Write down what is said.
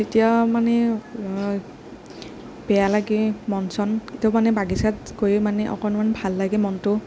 যেতিয়া মানে বেয়া লাগে মন চন তেতিয়া মানে বাগিচাত গৈয়ো মানে অকণমান ভাল লাগে মনটো